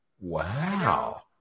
Wow